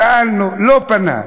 שאלנו, לא פנה.